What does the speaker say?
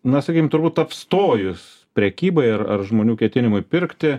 na sakykim turbūt apstojus prekybai ar ar žmonių ketinimui pirkti